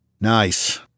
Nice